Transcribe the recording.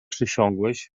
przysiągłeś